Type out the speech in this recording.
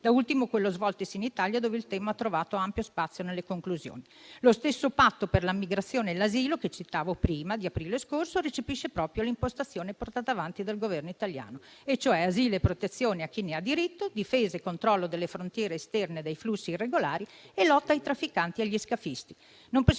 da ultimo quello svoltosi in Italia, dove il tema ha trovato ampio spazio nelle conclusioni. Lo stesso patto per la migrazione e l'asilo, che citavo prima, di aprile scorso, recepisce proprio l'impostazione portata avanti dal Governo italiano e, cioè, asilo e protezione a chi ne ha diritto, difesa e controllo delle frontiere esterne dei flussi irregolari e lotta ai trafficanti e agli scafisti.